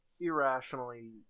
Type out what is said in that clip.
Irrationally